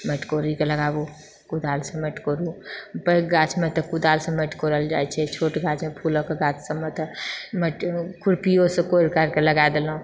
माटि कोरिके लगाबू कोदारिसँ माटि कोरु पैघ गाछमे तऽ कुदालसँ माटि कोरल जाइ छै छोट गाछमे फूलक गाछ सभमे तऽ माटि खुर्पियोसँ कोरि काइर कऽ लगा देलहुँ